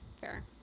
fair